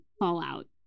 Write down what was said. fallout